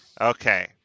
Okay